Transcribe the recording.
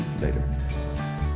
later